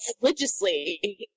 religiously